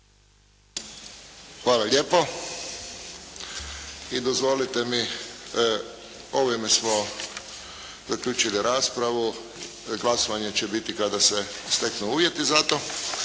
Hvala lijepo. I dozvolite mi, ovime smo zaključili raspravu. Glasovanje će biti kada se steknu uvjeti za to.